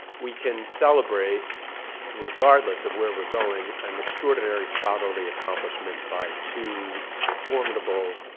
we can celebrate regardless of where we're going an extraordinary scholarly accomplishment by two formidable,